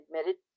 admitted